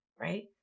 right